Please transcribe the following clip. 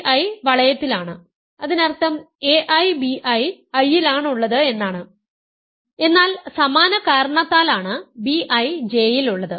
bi വളയത്തിലാണ് അതിനർത്ഥം ai bi I ലാണുള്ളത് എന്നാണ് എന്നാൽ സമാന കാരണത്താലാണ് bi J യിൽ ഉള്ളത്